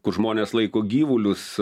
kur žmonės laiko gyvulius